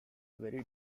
vary